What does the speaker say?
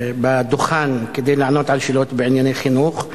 בדוכן כדי לענות על שאלות בענייני חינוך,